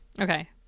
okay